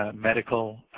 ah medical,